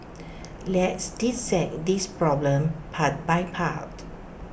let's dissect this problem part by part